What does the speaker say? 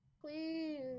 please